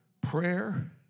prayer